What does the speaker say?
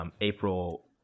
April